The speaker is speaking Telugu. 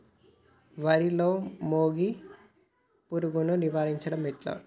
వరిలో మోగి పురుగును నివారించడం ఎట్లా?